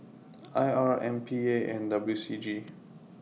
I R M P A and W C G